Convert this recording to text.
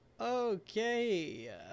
okay